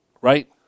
Right